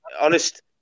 Honest